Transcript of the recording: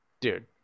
dude